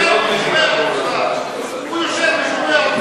בושה וחרפה.